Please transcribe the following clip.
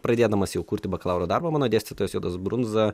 pradėdamas jau kurti bakalauro darbą mano dėstytojas jonas brunza